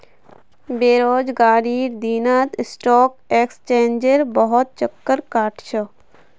बेरोजगारीर दिनत स्टॉक एक्सचेंजेर बहुत चक्कर काट छ